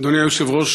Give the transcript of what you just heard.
אדוני היושב-ראש,